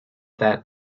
that